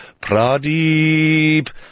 Pradeep